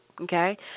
Okay